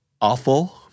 awful